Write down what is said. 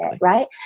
right